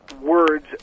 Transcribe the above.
words